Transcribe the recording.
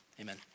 Amen